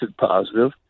positive